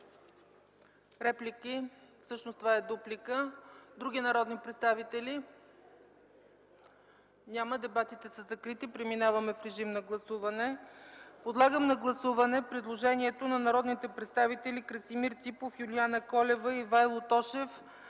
ПРЕДСЕДАТЕЛ ЦЕЦКА ЦАЧЕВА: Други народни представители? Няма. Дебатите са закрити. Преминаване към режим на гласуване. Подлагам на гласуване предложението на народните представители Красимир Ципов, Юлиана Колева и Ивайло Тошев